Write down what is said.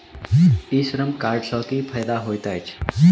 ई Shram card सँ की फायदा होइत अछि?